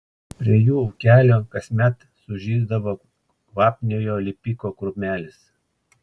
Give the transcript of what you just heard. prie jų ūkelio kasmet sužysdavo kvapniojo lipiko krūmelis